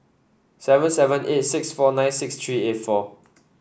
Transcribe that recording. seven seven eight six four nine six three eight four